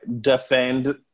defend